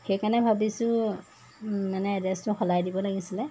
সেইকাৰণে ভাবিছোঁ মানে এড্ৰেছটো সলাই দিব লাগিছিলে